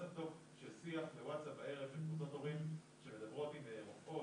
של שיח בוואטסאפ בערב עם קבוצות הורים שמדברות עם רופאות,